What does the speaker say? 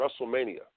WrestleMania